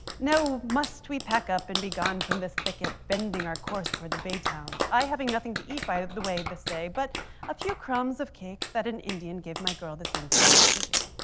now must we pack up and be gone from this thicket, bending our course toward the bay towns. i having nothing to eat by the way this day but a few crumbs of cake that an indian gave my girl the same day we were taken.